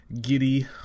Giddy